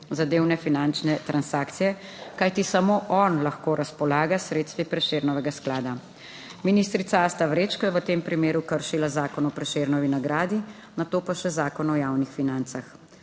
tozadevne finančne transakcije, kajti samo on lahko razpolaga s sredstvi Prešernovega sklada. Ministrica Asta Vrečko je v tem primeru kršila zakon o Prešernovi nagradi, nato pa še zakon o javnih financah,